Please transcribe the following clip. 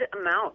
amount